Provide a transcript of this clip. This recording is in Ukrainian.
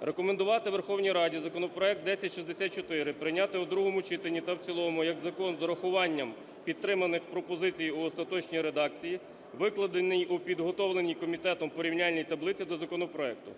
Рекомендувати Верховній Раді законопроект 1064 прийняти у другому читанні та в цілому як закон з урахуванням підтриманих пропозицій у остаточній редакції, викладеній у підготовленій комітетом порівняльній таблиці до законопроекту.